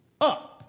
up